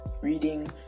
reading